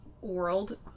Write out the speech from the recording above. world